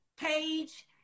page